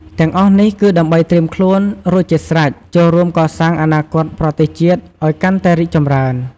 ទាំងអស់នេះ គឺដើម្បីត្រៀមខ្លួនរួចជាស្រេច ចូលរួមកសាងអនាគតប្រទេសជាតិឱ្យកាន់តែរីកចម្រើន។